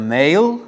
male